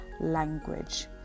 language